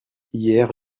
hier